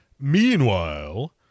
meanwhile